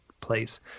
place